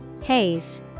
Haze